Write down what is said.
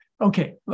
Okay